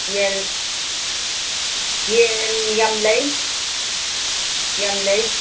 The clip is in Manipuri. ꯌꯦꯟ ꯌꯦꯟ ꯌꯥꯝ ꯂꯩ ꯌꯥꯝ ꯂꯩ